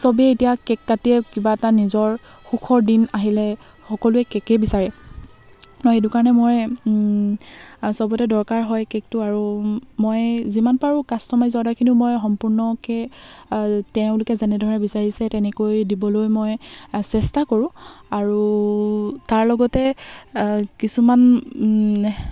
চবেই এতিয়া কে'ক কাটিয়ে কিবা এটা নিজৰ সুখৰ দিন আহিলে সকলোৱে কে'কেই বিচাৰে সেইটো কাৰণে মই আৰু চবতে দৰকাৰ হয় কে'কটো আৰু মই যিমান পাৰো কাষ্টমাইজ অৰ্ডাৰখিনিও মই সম্পূৰ্ণকৈ তেওঁলোকে যেনেদৰে বিচাৰিছে তেনেকৈ দিবলৈ মই চেষ্টা কৰোঁ আৰু তাৰ লগতে কিছুমান